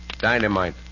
Dynamite